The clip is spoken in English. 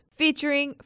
featuring